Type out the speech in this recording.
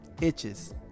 itches